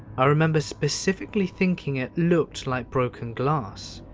i remember specifically thinking it looked like broken glass.